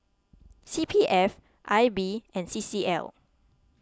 C P F I B and C C L